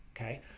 Okay